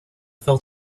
fell